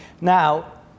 Now